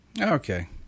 Okay